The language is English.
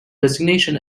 resignation